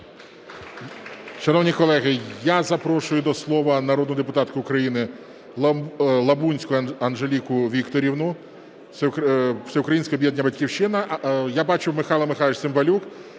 Шановні колеги, я запрошую до слова народну депутатку України Лабунську Анжеліку Вікторівну, Всеукраїнське об'єднання "Батьківщина". Я бачу, Михайло Михайлович Цимбалюк,